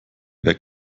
wer